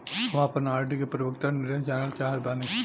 हम आपन आर.डी के परिपक्वता निर्देश जानल चाहत बानी